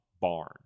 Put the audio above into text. barn